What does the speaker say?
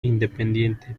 independiente